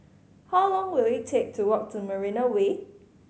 how long will it take to walk to Marina Way